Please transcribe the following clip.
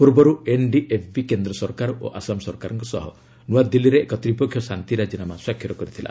ପୂର୍ବରୁ ଏନ୍ଡିଏଫ୍ବି କେନ୍ଦ୍ର ସରକାର ଓ ଆସାମ ସରକାରଙ୍କ ସହ ନ୍ତଆଦିଲ୍ଲୀରେ ଏକ ତ୍ରିପକ୍ଷୀୟ ଶାନ୍ତି ରାଜିନାମା ସ୍ୱାକ୍ଷର କରିଥିଲା